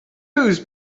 whose